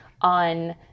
on